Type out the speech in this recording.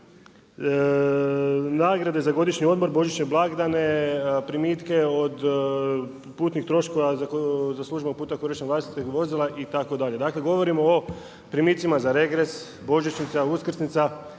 nagrade za godišnji odmor, božićne blagdane, primitke od putnih troškova za službeno korištenje vlastitih vozila itd. Dakle, govorimo o primicima za regres, božićnica, uskrsnica,